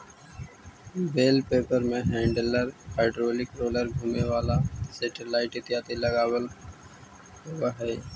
बेल wrapper में handler, hydraulic roller, घुमें वाला सेटेलाइट इत्यादि लगल होवऽ हई